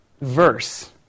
verse